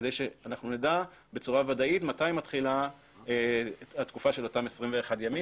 כדי שנדע בצורה ודאית מתי מתחילה התקופה של אותם 21 ימים.